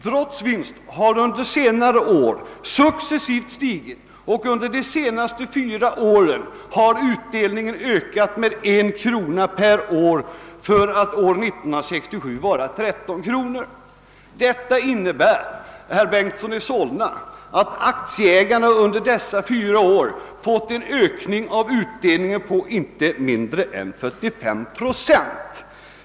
Drotts vinst har under senare år successivt stigit, och under de senaste fyra åren har utdelningen ökat med en krona per år för att år 1967 vara 13 kronor. Detta innebär, herr Bengtson i Solna, att aktieägarna under dessa fyra år fått en ökning av utdelningen på inte mindre än 45 procent!